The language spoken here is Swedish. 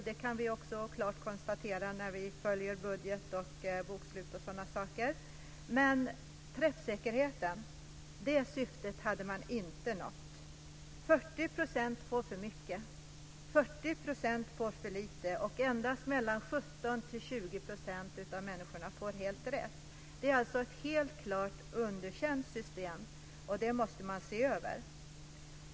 Det kan vi också klart konstatera när vi följer budget, bokslut och sådana saker, men syftet som handlar om träffsäkerheten hade man inte nått. 40 % får för mycket, 40 % får för lite och endast mellan 17 och 20 % av människorna får helt rätt. Det är alltså ett helt klart underkänt system, och det måste man se över.